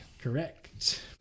Correct